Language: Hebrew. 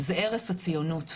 זה ערש הציונות,